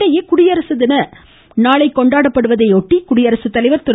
இதனிடையே குடியரசு தினம் நாளை கொண்டாடப்படுவதையொட்டி குடியரசு தலைவர் திரு